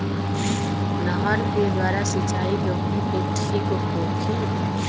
नहर के द्वारा सिंचाई गेहूँ के ठीक होखि?